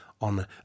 on